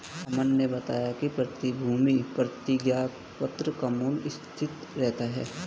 अमन ने बताया कि प्रतिभूति प्रतिज्ञापत्र का मूल्य स्थिर रहता है